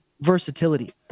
versatility